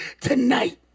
tonight